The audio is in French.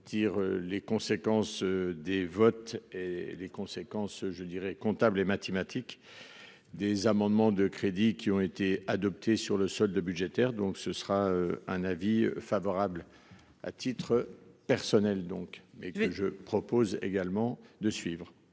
tire les conséquences des votes et les conséquences, je dirais comptable et mathématiques. Des amendements de crédit qui ont été adoptées sur le solde budgétaire donc ce sera un avis favorable à titre personnel donc mais que je propose également de suivre.